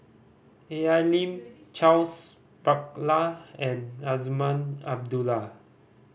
A L Lim Charles Paglar and Azman Abdullah